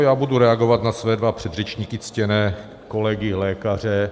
Já budu reagovat na své dva předřečníky, ctěné kolegy lékaře.